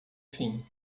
fim